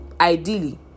ideally